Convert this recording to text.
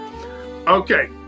Okay